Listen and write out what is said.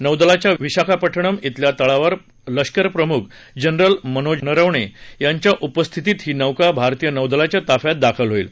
नौदलाच्या विशाखापटनम इथल्या तळावर लष्कर प्रमुख जनरल मनोज नरवणे यांच्या उपस्थितीत ही नौका भारतीय नौदलाच्या ताफ्यात दाखल होईल